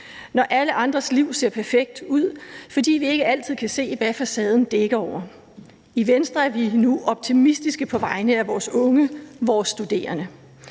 når alle andres liv ser perfekt ud, fordi vi ikke altid kan se, hvad facaden dækker over. I Venstre er vi nu optimistiske på vegne af vores unge, vores studerende.